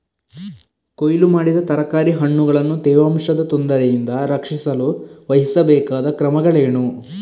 ಕೊಯ್ಲು ಮಾಡಿದ ತರಕಾರಿ ಹಣ್ಣುಗಳನ್ನು ತೇವಾಂಶದ ತೊಂದರೆಯಿಂದ ರಕ್ಷಿಸಲು ವಹಿಸಬೇಕಾದ ಕ್ರಮಗಳೇನು?